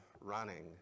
running